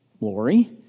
Lori